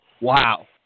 Wow